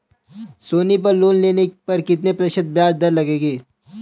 सोनी पर लोन लेने पर कितने प्रतिशत ब्याज दर लगेगी?